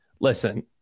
listen